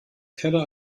keller